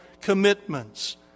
commitments